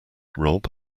rob